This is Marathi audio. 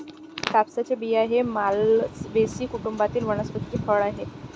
कापसाचे बिया हे मालवेसी कुटुंबातील वनस्पतीचे फळ आहे